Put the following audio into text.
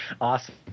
Awesome